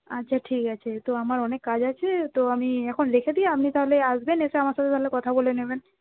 আচ্ছা ঠিক আছে তো আমার অনেক কাজ আছে তো আমি এখন রেখে দিই আপনি তাহলে আসবেন এসে আমার সাথে তাহলে কথা বলে নেবেন